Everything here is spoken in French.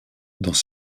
dans